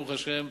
ברוך השם,